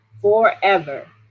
forever